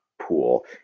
pool